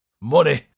Money